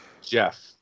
Jeff